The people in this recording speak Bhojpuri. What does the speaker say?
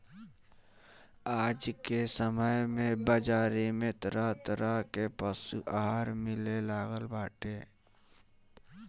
आज के समय में बाजारी में तरह तरह के पशु आहार मिले लागल बाटे